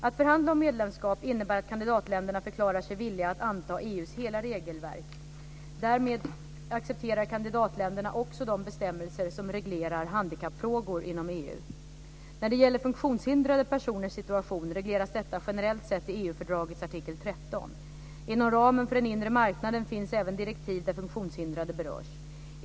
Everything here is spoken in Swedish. Att förhandla om medlemskap innebär att kandidatländerna förklarar sig villiga att anta EU:s hela regelverk. Därmed accepterar kandidatländerna också de bestämmelser som reglerar handikappfrågor inom När det gäller funktionshindrade personers situation regleras detta generellt sett i EU-fördragets artikel 13. Inom ramen för den inre marknaden finns även direktiv där funktionshindrade berörs.